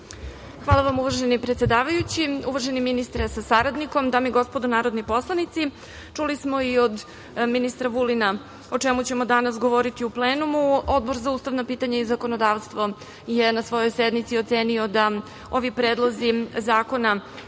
Hvala vam, uvaženi predsedavajući. Uvaženi ministre sa saradnikom, dame i gospodo narodni poslanici, čuli smo i od ministra Vulina o čemu ćemo danas govoriti u plenumu. Odbor za ustavna pitanja i zakonodavstvo je na svojoj sednici ocenio da ovi predlozi zakona